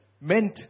meant